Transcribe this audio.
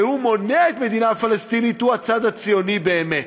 שמונע את המדינה הפלסטינית, הוא הצד הציוני באמת.